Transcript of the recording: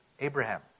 Abraham